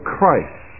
Christ